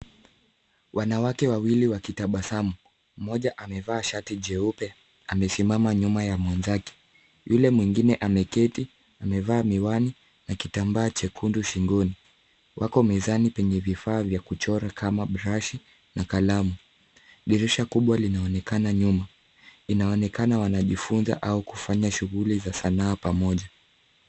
Wanawake wawili wakitabasamu. Mmoja amevaa shati jeupe, amesimama nyuma ya mwenzake. Yule mwingine ameketi amevaa miwani na kitambaa chekundu shingoni. Wako mezani kwenye vifaa vya kuchora kama brushi na kalamu. Dirisha kubwa linaonekana nyuma. Inaonekana wanajifunza au kufanya shughuli za sanaa pamoja.